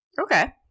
okay